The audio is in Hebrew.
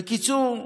בקיצור,